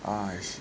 ah I see